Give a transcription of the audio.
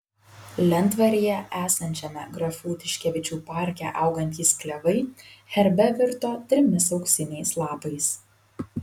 lentvaryje esančiame grafų tiškevičių parke augantys klevai herbe virto trimis auksiniais lapais